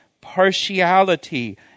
partiality